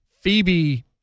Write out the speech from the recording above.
Phoebe